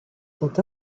sont